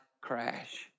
crash